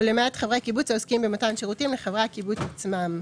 ולמעט חברי הקיבוץ העוסקים במתן שירותים לחברי הקיבוץ עצמם,